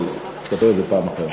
אבל נספר את זה פעם אחרת.